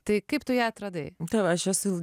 tai kaip tu ją atradai aš esu